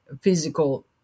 physical